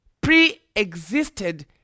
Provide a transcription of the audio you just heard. pre-existed